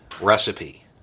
recipe